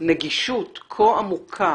-- נגישות כה עמוקה